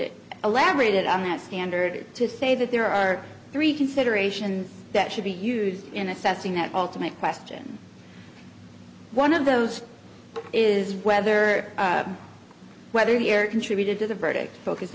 it elaborated on that standard to say that there are three considerations that should be used in assessing that ultimate question one of those is whether whether the air contributed to the verdict focus